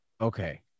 Okay